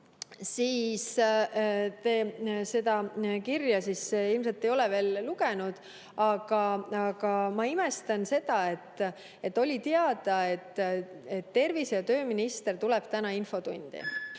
te seda kirja ilmselt ei ole veel lugenud. Aga ma imestan, et oli teada, et tervise- ja tööminister tuleb täna infotundi,